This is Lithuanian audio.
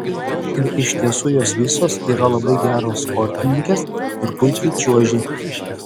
ir iš tiesų jos visos yra labai geros sportininkės ir puikiai čiuožė